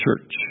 church